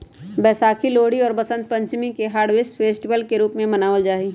वैशाखी, लोहरी और वसंत पंचमी के भी हार्वेस्ट फेस्टिवल के रूप में मनावल जाहई